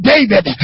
David